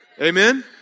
Amen